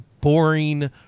boring